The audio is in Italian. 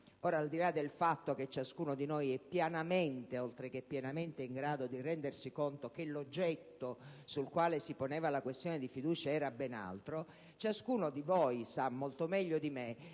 Ora, al di là del fatto che ciascuno di noi è pianamente oltre che pienamente in grado di rendersi conto che l'oggetto sul quale si poneva la questione di fiducia era ben altro, ciascuno di voi sa molto meglio di me